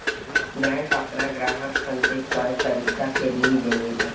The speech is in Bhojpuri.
बैंक आपना ग्राहक सन के कए तरीका के ऋण देवेला